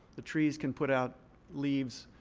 the trees can put out leaves